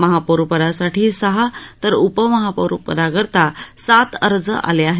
महापौरपदासाठी सहा तर उपमहापौरपदाकरता सात अर्ज आले आहेत